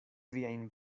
viajn